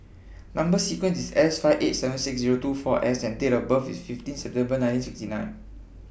Number sequence IS S five eight seven six Zero two four S and Date of birth IS fifteen September nineteen sixty nine